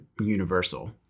universal